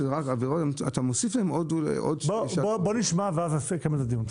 אתה מוסיף להם עוד --- בוא נשמע ואז נקיים דיון.